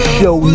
Show